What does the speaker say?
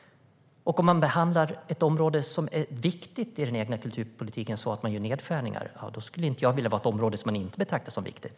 Om man behandlar ett område, som i den egna kulturpolitiken är viktigt, med att göra nedskärningar, då skulle jag inte vilja vara ett område som man inte betraktar som viktigt.